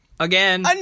Again